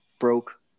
broke